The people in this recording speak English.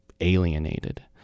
alienated